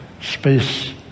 space